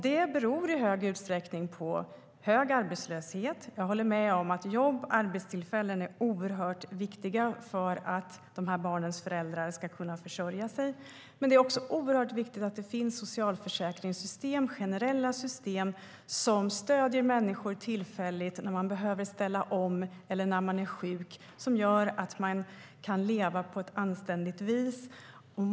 Det beror i stor utsträckning på hög arbetslöshet. Jag håller med om att jobb och arbetstillfällen är oerhört viktigt för att de här barnens föräldrar ska kunna försörja sig. Det är dock också oerhört viktigt att det finns socialförsäkringssystem och generella system som stöder människor tillfälligt när de behöver ställa om eller är sjuka och som gör att de kan leva på ett anständigt vis.